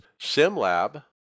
SimLab